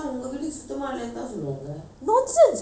nonsense how much more you want to clean the house